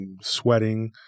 sweating